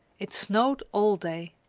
it snowed all day.